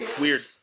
Weird